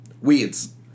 Weeds